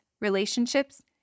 relationships